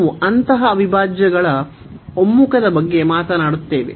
ನಾವು ಅಂತಹ ಅವಿಭಾಜ್ಯಗಳ ಒಮ್ಮುಖದ ಬಗ್ಗೆ ಮಾತನಾಡುತ್ತೇವೆ